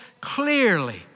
clearly